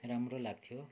राम्रो लाग्थ्यो